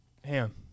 Ham